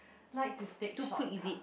like to take shortcut